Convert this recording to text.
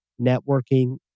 networking